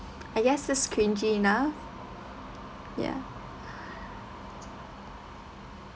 I guess that's cringey enough ya